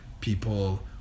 people